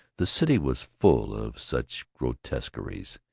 the city was full of such grotesqueries,